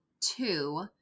two